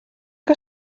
que